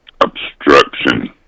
obstruction